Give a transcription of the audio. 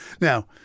Now